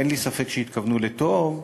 אין לי ספק שהתכוונו לטוב,